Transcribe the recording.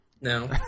No